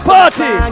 Party